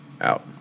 out